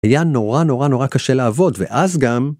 היה נורא נורא נורא קשה לעבוד, ואז גם...